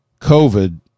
COVID